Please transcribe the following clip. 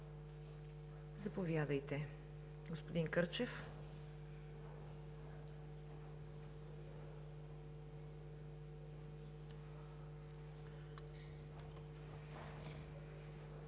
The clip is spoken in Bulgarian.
Заповядайте, господин Кърчев.